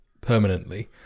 permanently